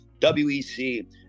WEC